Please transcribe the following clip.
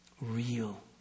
real